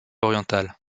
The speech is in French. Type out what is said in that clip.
orientales